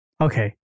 Okay